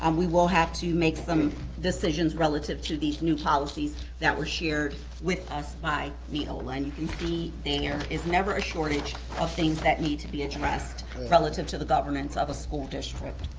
um we will have to make some decisions relative to these new policies that were shared with us by neola. and you can see there is never a shortage of things that need to be addressed relative to the governance of a school district.